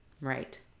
Right